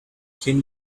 can